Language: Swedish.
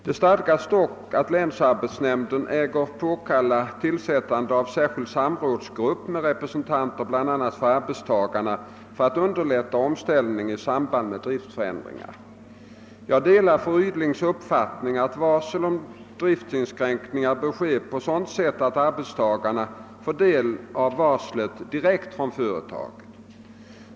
Det stadgas dock att länsarbetsnämnd äger påkalla tillsättandet av särskild samrådsgrupp med representanter bl.a. för arbetstagarna för att underlätta omställning i samband med driftsförändringar. Jag delar fru Rydings uppfattning att varsel om driftsinskränkning bör ske på sådant sätt att arbetstagarna får del av varslet direkt från företaget.